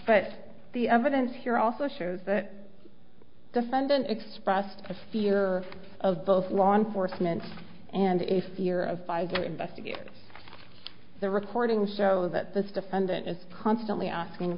but the evidence here also shows the defendant expressed a fear of both law enforcement and a fear of five investigating the reporting so that this defendant is constantly asking